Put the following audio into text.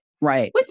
Right